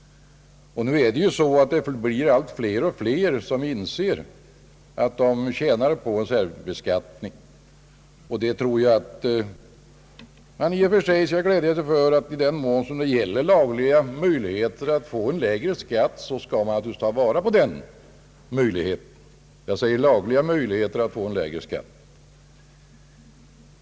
Allt fler och fler inser att de tjänar på en särbeskattning. När det finns lagliga möjligheter att få en lägre skatt så skall man naturligtvis också ta vara på dem. Jag säger lagliga möjligheter att få en lägre skatt.